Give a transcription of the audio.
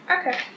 Okay